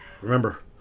Remember